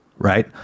Right